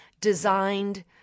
designed